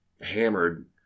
hammered